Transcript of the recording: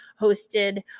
hosted